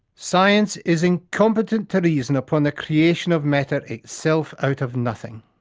science is incompetent to reason upon the creation of matter itself out of nothing.